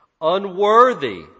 unworthy